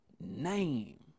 name